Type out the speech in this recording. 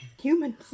Humans